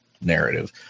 narrative